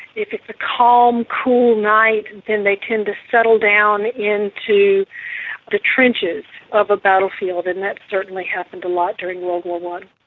if it's a calm, cool night then they tend to settle down into the trenches of a battlefield and that certainly happened a lot during world war i.